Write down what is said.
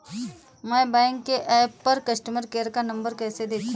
मैं बैंक के ऐप पर कस्टमर केयर का नंबर कैसे देखूंगी?